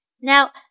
Now